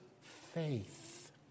faith